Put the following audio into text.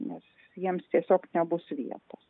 nes jiems tiesiog nebus vietos